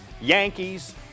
Yankees